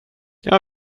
jag